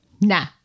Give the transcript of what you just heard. nah